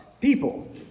people